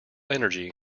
energy